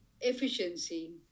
efficiency